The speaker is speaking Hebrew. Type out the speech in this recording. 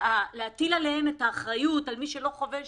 להטיל עליהם את האחריות על מי שלא חובש